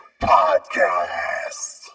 Podcast